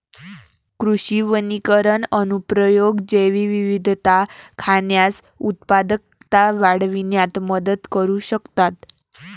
कृषी वनीकरण अनुप्रयोग जैवविविधता राखण्यास, उत्पादकता वाढविण्यात मदत करू शकतात